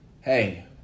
hey